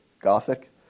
Gothic